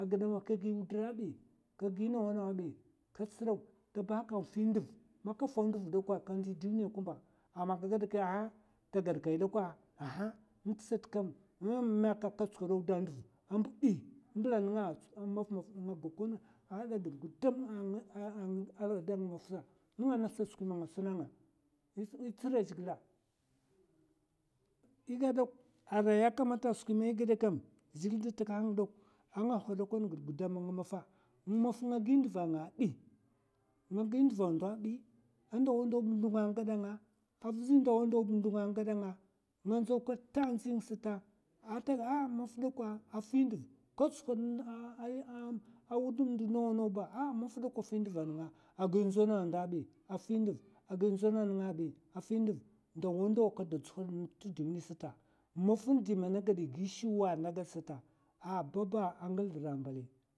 A giɓe man kagi wudar bi. ka gi nawa nawa èi se ɓakwa ta bahaka n'fi ndav, amma ka gad a haa. ta gadkayi dakwai, sai man ye tsuko ɓa auda, sai kafi nduv nenga nga haɓa giɓ maf maffa sa nenga sa a skwi man nga suna ye nga ye gaɓ ɓok ye tsi riy a zhigile manka fau ndav kandi duniya kumba. ama yakamata a skwi man ye gaɓa geɓe kam anga nga hoɓokon giɓ anga nga gi nduva nga èinga hodokon gede a nga fokono ndav, nga gi ndav a ndo èi, maffa dakwai agi ndzona a ndo èay, avizi ndauwa ndau beka ndo nga a nga gda nga, avizi ndawa a kada dzuhodo maffa di man ye gi shuwa a ne kam baba agil zlura ambali.